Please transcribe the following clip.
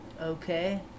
okay